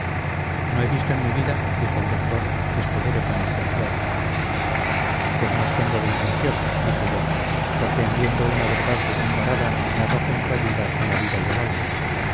no he visto en mi vida dijo el doctor escudero tan licenciado pues más tengo de licencioso dije yo porque en viendo una verdad desamparada me arrojo en su ayuda con la vida y el alma